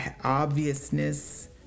obviousness